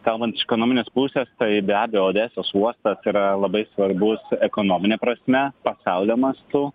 kalbant iš ekonominės pusės tai be abejo odesos uostas yra labai svarbus ekonomine prasme pasaulio mastu